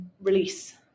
release